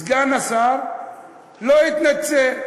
סגן השר לא התנצל.